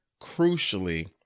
crucially